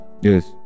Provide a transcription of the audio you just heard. Yes